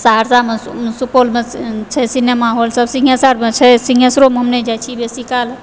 सहरसामे सुपौलमे छै सिनेमा हॉल सब सिंघेश्वरमे छै सिँघेश्वरोमे हम नहि जाइ छी बेसीकाल